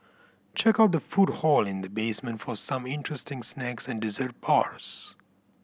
check out the food hall in the basement for some interesting snacks and dessert bars